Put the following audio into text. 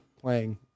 playing